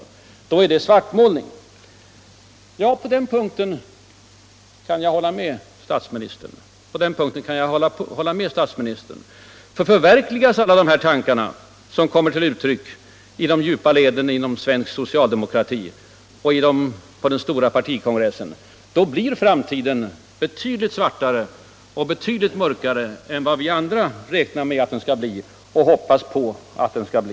Då skulle det vara fråga om svartmålning. Ja, på den punkten kan jag hålla med statsministern. Ty förverkligas alla dessa tankar som kommer till uttryck i de djupa leden inom svensk socialdemokrati och på den stora partikongressen, då blir framtiden betydligt dystrare och mörkare än vad vi andra räknar med och hoppas på att den skall bli.